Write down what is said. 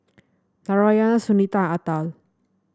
Narayana Sunita Atal